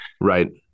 Right